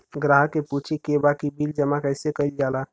ग्राहक के पूछे के बा की बिल जमा कैसे कईल जाला?